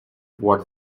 what